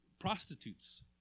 prostitutes